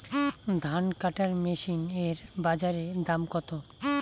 ধান কাটার মেশিন এর বাজারে দাম কতো?